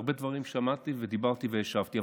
הרבה דברים שמעתי, דיברתי והשבתי.